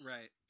Right